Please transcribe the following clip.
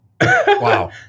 Wow